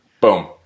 Boom